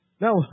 Now